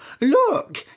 Look